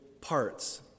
parts